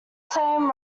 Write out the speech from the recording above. same